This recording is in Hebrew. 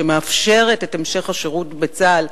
שמאפשרת את המשך השירות בצה"ל,